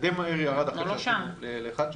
זה די מהר ירד אחר כך ל-1.6%.